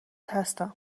هستم